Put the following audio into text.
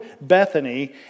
Bethany